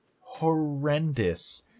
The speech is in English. horrendous